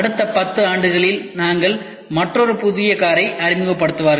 அடுத்த 10 ஆண்டுகளில் நாங்கள் மற்றொரு புதிய காரை அறிமுகப்படுத்துவார்கள்